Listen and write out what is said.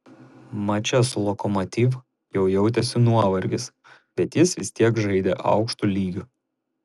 mače su lokomotiv jau jautėsi nuovargis bet jis vis tiek sužaidė aukštu lygiu